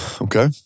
Okay